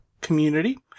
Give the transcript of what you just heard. community